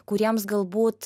kuriems galbūt